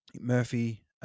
murphy